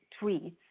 tweets